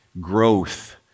growth